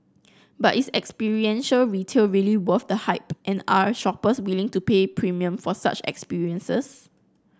but is experiential retail really worth the hype and are shoppers willing to pay premium for such experiences